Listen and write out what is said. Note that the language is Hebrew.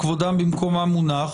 כבודם במקומם מונח,